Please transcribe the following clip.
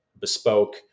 bespoke